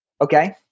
okay